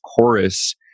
chorus